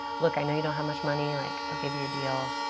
look, i know you don't have much money, like, i'll give you a deal.